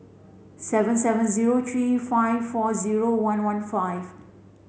seven seven zero three five four zero one one five